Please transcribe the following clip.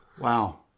Wow